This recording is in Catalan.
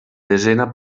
desena